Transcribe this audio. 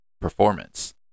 performance